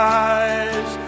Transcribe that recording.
eyes